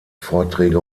vorträge